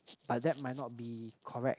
but that might not be correct